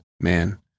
man